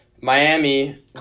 Miami